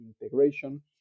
integration